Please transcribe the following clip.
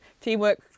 teamwork